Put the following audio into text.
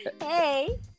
hey